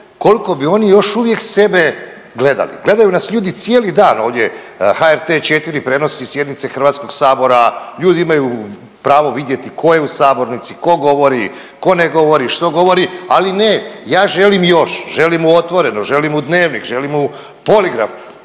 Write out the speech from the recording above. kolko bi oni još uvijek sebe gledali. Gledaju nas ljudi cijeli dan ovdje, HRT 4 prenosi sjednice HS, ljudi imaju pravo vidjeti ko je u sabornici, ko govori, ko ne govori, što govori, ali ne ja želim još, želim u „Otvoreno“, želim u „Dnevnik“, želim u „Poligraf“.